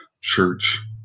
church